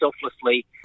selflessly